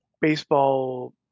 baseball